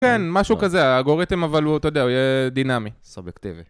כן, משהו כזה, אלגוריתם, אבל הוא, אתה יודע, הוא יהיה דינאמי. סובייקטיבי.